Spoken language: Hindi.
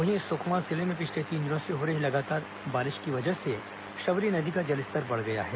वहीं सुकमा जिले में पिछले तीन दिनों से हो रही भारी बारिश की वजह से शबरी नदी का जलस्तर बढ़ गया है